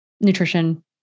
nutrition